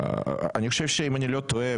אני חושב שאם אני לא טועה,